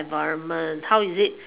environment how is it